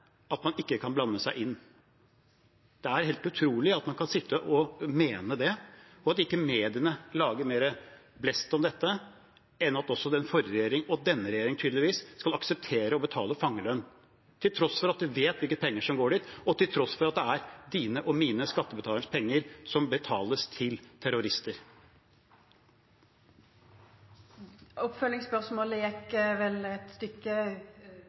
mene det, og at mediene ikke lager mer blest om dette. Den forrige regjeringen og tydeligvis denne regjeringen aksepterer å betale fangelønn, til tross for at de vet hvilke penger som går dit, og til tross for at det er dine og mine skattepenger som betales til terrorister. Oppfølgingsspørsmålet gjekk vel eit stykke